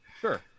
Sure